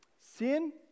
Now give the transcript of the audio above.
Sin